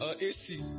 AC